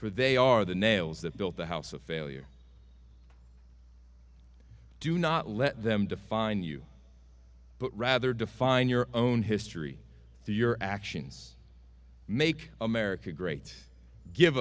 for they are the nails that built the house of failure do not let them define you but rather define your own history through your actions make america great give